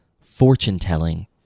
fortune-telling